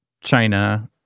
China